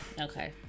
Okay